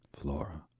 Flora